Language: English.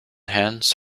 hands